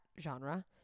genre